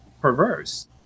perverse